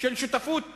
של שותפות במשאבים.